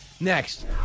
Next